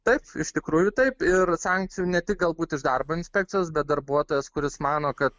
taip iš tikrųjų taip ir sankcijų ne tik galbūt iš darbo inspekcijos bet darbuotojas kuris mano kad